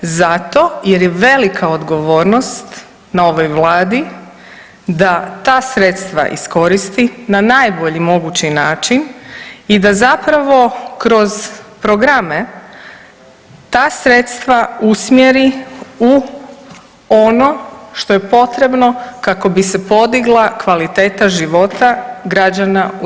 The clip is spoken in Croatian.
Zato jer je velika odgovornost na ovoj Vladi da ta sredstva iskoristi na najbolji mogući način i da zapravo kroz programe ta sredstva usmjeri u ono što je potrebno kako bi se podigla kvaliteta života građana u RH.